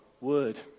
Word